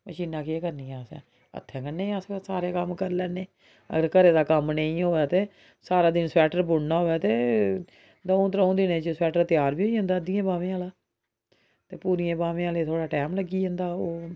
मशीनां केह् करनियां असें हत्थें कन्नै गै अस सारे कम्म करी लैन्ने अगर घरे दा कम्म नेईं होऐ ते सारा दिन स्बैटर बुनना होऐ ते द'ऊं त्रं'ऊ दिनें च स्बैटर त्यार बी होई जंदा अद्धी बाह्में आह्ला ते पूरियें बाह्में आह्ले गी थोह्ड़ा टाईम लगी जंदा